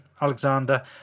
Alexander